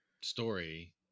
story